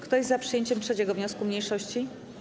Kto jest za przyjęciem 3. wniosku mniejszości?